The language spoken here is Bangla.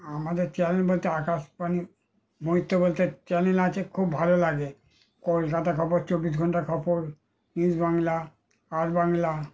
আমাদের চ্যানেল বলতে আকাশবাণী বলতে চ্যানেল আছে খুব ভালো লাগে কলকাতা খবর চব্বিশ ঘন্টা খবর নিউজ বাংলা আর বাংলা